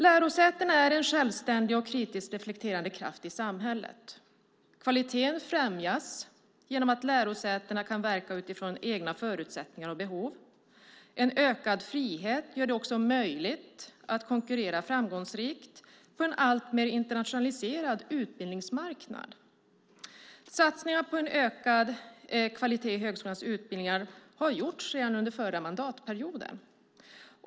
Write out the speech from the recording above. Lärosätena är en självständig och kritiskt reflekterande kraft i samhället. Kvaliteten främjas genom att lärosätena kan verka utifrån egna förutsättningar och behov. En ökad frihet gör det också möjligt att konkurrera framgångsrikt på en alltmer internationaliserad utbildningsmarknad. Satsningar på en ökad kvalitet i högskolans utbildningar har gjorts redan under förra mandatperioden.